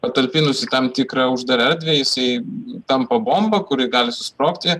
patalpinus į tam tikrą uždarą erdvę jisai tampa bomba kuri gali susprogti